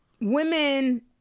women